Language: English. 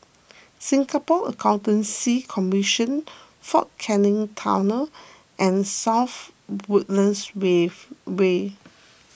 Singapore Accountancy Commission fort Canning Tunnel and South Woodlands weave Way